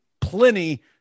plenty